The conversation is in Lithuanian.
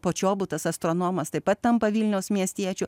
počobutas astronomas taip pat tampa vilniaus miestiečiu